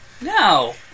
No